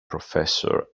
professor